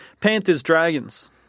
Panthers-Dragons